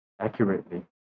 accurately